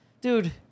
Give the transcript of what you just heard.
Dude